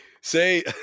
say